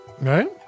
right